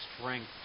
strength